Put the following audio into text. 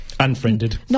Unfriended